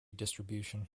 distribution